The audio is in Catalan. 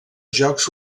jocs